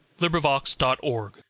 Librivox.org